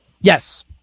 Yes